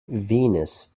venus